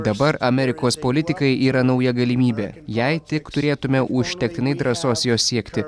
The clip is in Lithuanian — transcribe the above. dabar amerikos politikai yra nauja galimybė jei tik turėtumėme užtektinai drąsos jos siekti